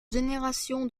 générations